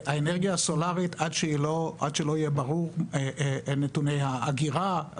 האנרגיה הסולרית עד שלא יהיו ברורים נתוני האגירה,